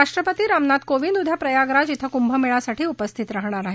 राष्ट्रपती रामनाथ कोविंद उद्या प्रयागराज इथं कुंभमेळ्यासाठी उपस्थित राहणार आहेत